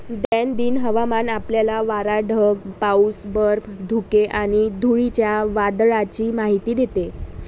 दैनंदिन हवामान आपल्याला वारा, ढग, पाऊस, बर्फ, धुके आणि धुळीच्या वादळाची माहिती देते